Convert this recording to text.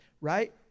right